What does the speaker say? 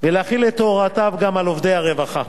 ולהחיל את הוראותיו גם על עובדי הרווחה,